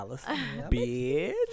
Bitch